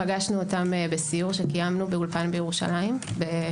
בסיור שקיימנו באולפן בירושלים במאי,